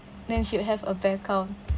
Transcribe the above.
then she will have a bank account